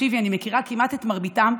אני מכירה כמעט, את מרביתם,